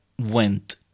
went